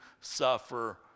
suffer